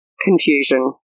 confusion